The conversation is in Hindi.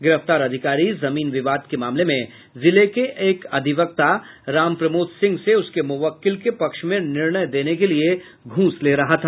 गिरफ्तार अधिकारी जमीन विवाद के मामले में जिले के एक अधिवक्ता राम प्रमोद सिंह से उसके मुवक्किल के पक्ष में निर्णय देने के लिए घूस ले रहा था